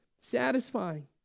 satisfying